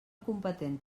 competent